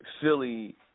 Philly